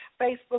Facebook